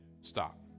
Stop